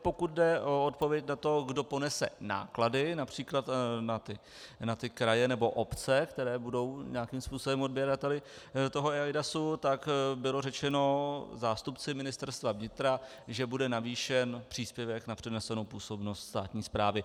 Pokud jde o odpověď na to, kdo ponese náklady například na ty kraje nebo obce, které budou nějakým způsobem odběrateli toho eIDAS, tak bylo řečeno zástupci Ministerstva vnitra, že bude navýšen příspěvek na přenesenou působnost státní správy.